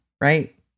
Right